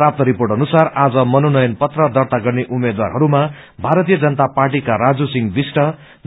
प्राप्त रिपोर्ट अनुसार आज मनोनयन पत्र दर्ता गर्ने उम्मेद्वारहरूमा भारतीय जनता पार्टीका राजु सिंह विष्ट